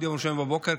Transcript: עד יום ראשון בבוקר,